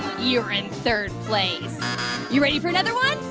you're in third place you ready for another one?